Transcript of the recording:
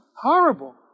horrible